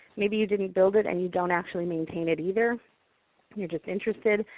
maybe you didn't build it, and you don't actually maintain it either you're just interested.